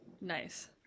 Nice